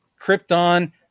Krypton